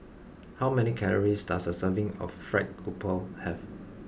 how many calories does a serving of Fried Grouper have